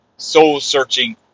soul-searching